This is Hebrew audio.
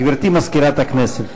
גברתי מזכירת הכנסת.